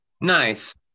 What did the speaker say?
Nice